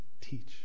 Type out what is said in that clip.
Teach